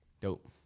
Dope